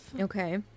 Okay